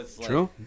True